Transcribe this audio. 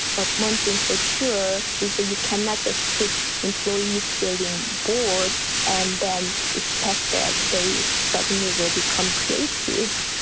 but one thing for sure is that you can not just put employees feeling bored and then expect that they suddenly will become creative,